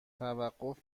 توقف